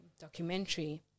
documentary